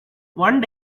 one